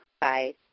Bye